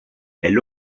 elle